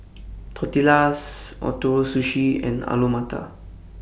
Tortillas Ootoro Sushi and Alu Matar